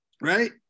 right